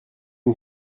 une